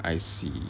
I see